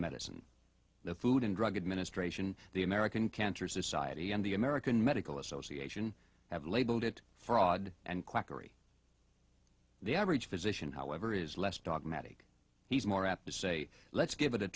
medicine the food and drug administration the american cancer society and the american medical association have labeled it fraud and quackery the average physician however is less dogmatic he's more apt to say let's give it a